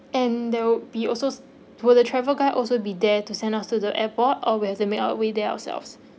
and there will be also will the travel guide also be there to send us to the airport or will there make our way there ourselves